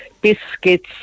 biscuits